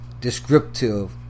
Descriptive